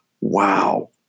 wow